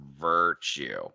virtue